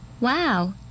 Wow